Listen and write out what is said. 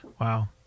Wow